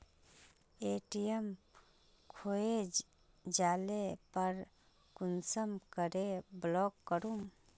ATM खोये जाले पर कुंसम करे ब्लॉक करूम?